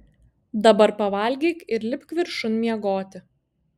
dabar pavalgyk ir lipk viršun miegoti